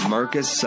Marcus